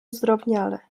zdrobniale